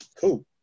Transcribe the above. cool